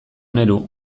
nerhu